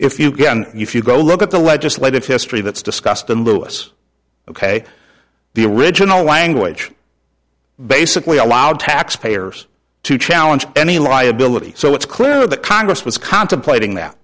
if you can you go look at the legislative history that's discussed in lewis ok the original language basically allowed taxpayers to challenge any liability so it's clear the congress was contemplating that